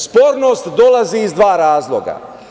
Spornost dolazi iz dva razloga.